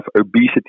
obesity